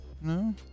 No